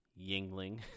Yingling